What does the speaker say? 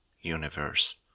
universe